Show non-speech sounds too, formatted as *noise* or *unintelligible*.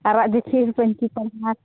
ᱟᱨᱟᱜ *unintelligible* ᱯᱟᱹᱧᱪᱤ ᱯᱟᱨᱦᱟᱲ